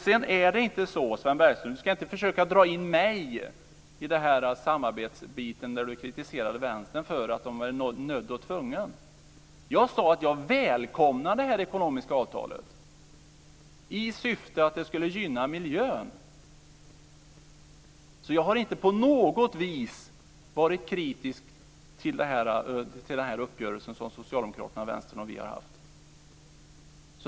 Sedan ska Sven Bergström inte försöka dra in mig i det samarbete där han kritiserade Vänstern för att man är nödd och tvungen. Jag sade att jag välkomnar det ekonomiska avtalet i syfte att det gynnar miljön. Jag har inte på något vis varit kritisk till den uppgörelse som Socialdemokraterna, Vänstern och vi har haft.